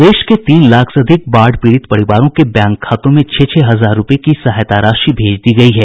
प्रदेश के तीन लाख से अधिक बाढ़ पीड़ित परिवारों के बैंक खातों में छह छह हजार रूपये की सहायता राशि भेज दी गयी है